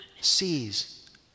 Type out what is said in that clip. sees